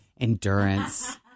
Endurance